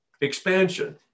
expansion